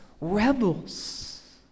rebels